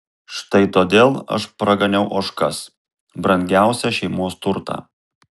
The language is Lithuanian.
štai todėl aš praganiau ožkas brangiausią šeimos turtą